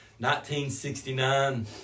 1969